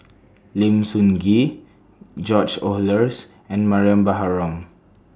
Lim Sun Gee George Oehlers and Mariam Baharom